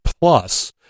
Plus